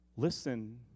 listen